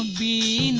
the